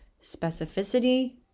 Specificity